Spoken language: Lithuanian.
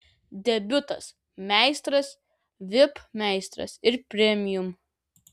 debiutas meistras vip meistras ir premium